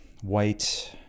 white